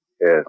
Yes